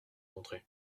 montrer